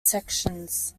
sections